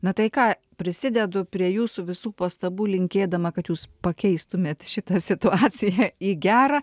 na tai ką prisidedu prie jūsų visų pastabų linkėdama kad jūs pakeistumėt šitą situaciją į gerą